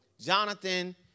Jonathan